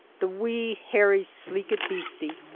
the wee, hairy, sleekit beastie,